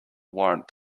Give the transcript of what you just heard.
warrant